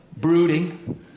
Brooding